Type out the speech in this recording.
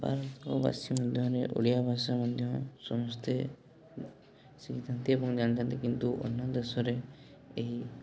ଭାରତବାସୀ ମଧ୍ୟରେ ଓଡ଼ିଆ ଭାଷା ମଧ୍ୟ ସମସ୍ତେ ଶିଖିଥାନ୍ତି ଏବଂ ଜାଣିଥାନ୍ତି କିନ୍ତୁ ଅନ୍ୟ ଦେଶରେ ଏହି